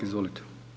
Izvolite.